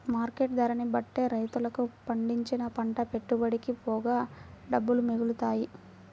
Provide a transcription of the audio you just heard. market ధరని బట్టే రైతులకు పండించిన పంట పెట్టుబడికి పోగా డబ్బులు మిగులుతాయి